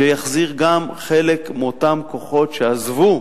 וזה יחזיר גם חלק מאותם כוחות שעזבו,